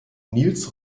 nils